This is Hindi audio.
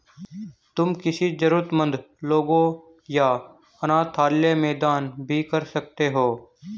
तुम किसी जरूरतमन्द लोगों या अनाथालय में दान भी कर सकते हो